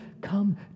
come